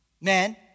Men